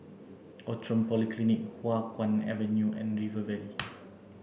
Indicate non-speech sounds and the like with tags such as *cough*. Outram Polyclinic Hua Guan Avenue and River Valley *noise*